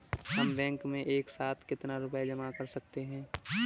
हम बैंक में एक साथ कितना रुपया जमा कर सकते हैं?